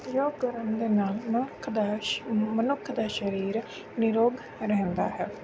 ਯੋਗ ਕਰਨ ਦੇ ਨਾਲ ਮਨੁੱਖ ਦਾ ਸ਼ ਮਨੁੱਖ ਦਾ ਸਰੀਰ ਨਿਰੋਗ ਰਹਿੰਦਾ ਹੈ